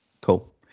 Cool